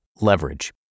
leverage